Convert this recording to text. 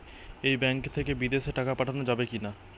এই ব্যাঙ্ক থেকে বিদেশে টাকা পাঠানো যাবে কিনা?